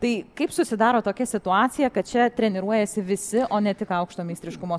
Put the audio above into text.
tai kaip susidaro tokia situacija kad čia treniruojasi visi o ne tik aukšto meistriškumo